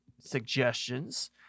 suggestions